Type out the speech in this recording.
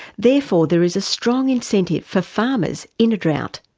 therefore there is a strong incentive for farmers in a drought,